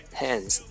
hands